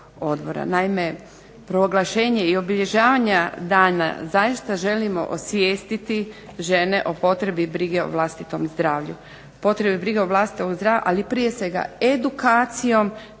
Naime, proglašenje i obilježavanjem dana zaista želimo osvijestiti žene o potrebi brige o vlastitom zdravlju, ali prije svega edukacijom,